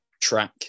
track